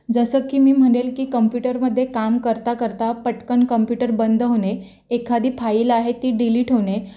जसं की मी म्हणेल की कम्प्युटरमध्ये काम करता करता पटकन कम्प्युटर बंद होणे एखादी फाईल आहे ती डिलीट होणे